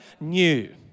new